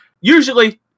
usually